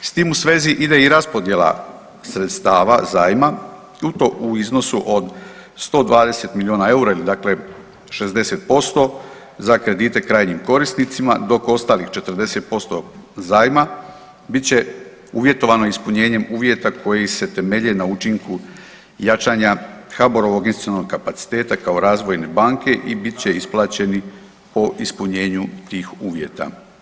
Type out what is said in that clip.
S tim u svezi ide i raspodjela sredstava zajma i to u iznosu od 120 milijuna EUR-a ili dakle 60% za kredite krajnjim korisnicima dok ostalih 40% zajma bit će uvjetovano ispunjenjem uvjeta koji se temelje na učinku jačanja HBOR-ovog institucionalnog kapaciteta kao razvojne banke i bit će isplaćeni po ispunjenju tih uvjeta.